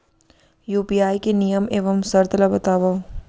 UPI के नियम एवं शर्त ला बतावव